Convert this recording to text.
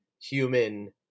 human